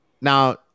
now